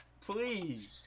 please